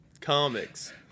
comics